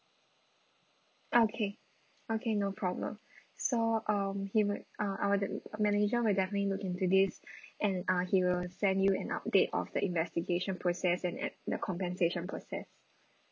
okay okay no problem so um he would uh our the manager will definitely look into this and uh he will send you an update of the investigation process and add the compensation process